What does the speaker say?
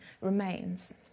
remains